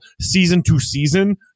season-to-season